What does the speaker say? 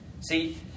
See